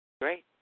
Great